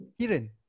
Kiran